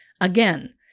Again